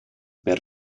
per